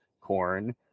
corn